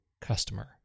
customer